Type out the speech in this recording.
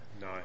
No